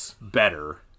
better